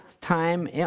time